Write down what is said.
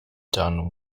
done